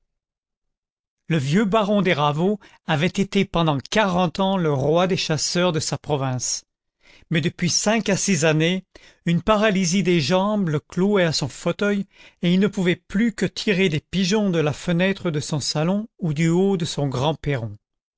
le vieux baron des ravots avait été pendant quarante ans le roi des chasseurs de sa province mais depuis cinq à six années une paralysie des jambes le clouait à son fauteuil et il ne pouvait plus que tirer des pigeons de la fenêtre de son salon ou du haut de son grand perron